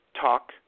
Talk